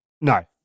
No